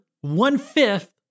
one-fifth